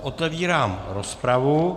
Otevírám rozpravu.